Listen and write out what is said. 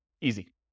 Easy